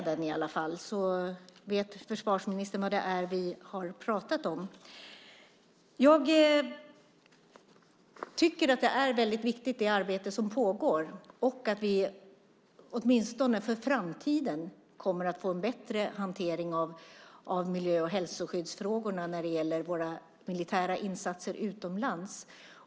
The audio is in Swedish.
Då vet försvarsministern vad vi har pratat om. Det arbete som pågår är viktigt. Åtminstone för framtiden kommer vi att få en bättre hantering av miljö och hälsoskyddsfrågorna när det gäller våra militära insatser utomlands.